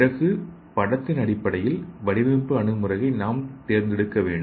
பிறகு படத்தின் அடிப்படையில் வடிவமைப்பு அணுகுமுறையை நாம் தேர்ந்தெடுக்க வேண்டும்